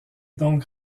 donc